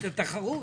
את התחרות?